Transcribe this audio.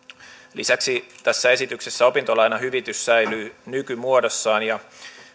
lisäksi tässä esityksessä opintolainahyvitys säilyy nykymuodossaan ja